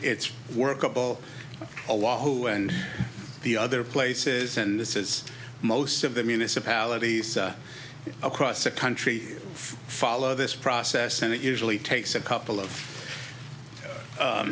it's workable a lot who and the other places and this is most of the municipalities across the country follow this process and it usually takes a couple of